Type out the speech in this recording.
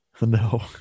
No